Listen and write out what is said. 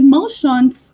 Emotions